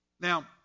Now